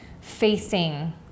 facing